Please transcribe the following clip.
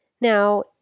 Now